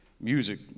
music